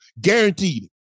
Guaranteed